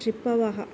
रिपवः